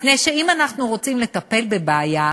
מפני שאם אנחנו רוצים לטפל בבעיה,